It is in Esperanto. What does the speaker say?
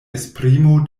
esprimo